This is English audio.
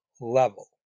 level